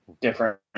different